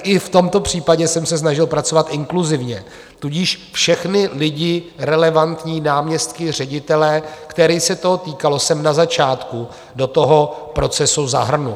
I v tomto případě jsem se snažil pracovat inkluzivně, tudíž všechny lidi, relevantní náměstky, ředitele, kterých se to týkalo, jsem na začátku do toho procesu zahrnul.